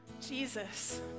Jesus